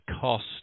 cost